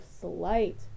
slight